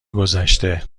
گذشته